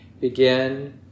begin